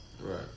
right